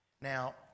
Now